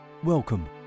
Welcome